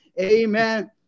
Amen